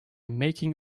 making